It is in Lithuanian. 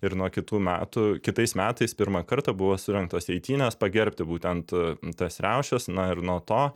ir nuo kitų metų kitais metais pirmą kartą buvo surengtos eitynės pagerbti būtent tas riaušes na ir nuo to